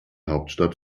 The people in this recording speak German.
hauptstadt